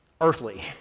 earthly